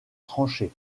trancher